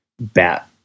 bat